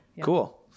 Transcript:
Cool